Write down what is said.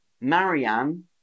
Marianne